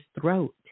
throat